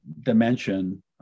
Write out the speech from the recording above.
dimension